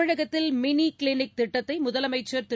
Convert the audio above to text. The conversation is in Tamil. தமிழகத்தில் மினி கிளினிக் திட்டத்தை முதலமைச்சர் திரு